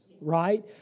Right